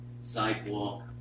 sidewalk